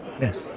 Yes